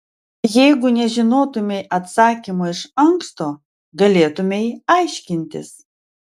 jeigu nežinotumei atsakymo iš anksto galėtumei aiškintis